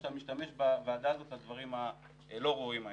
שאתה משתמש בוועדה הזאת לדברים הלא ראויים האלה.